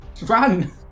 Run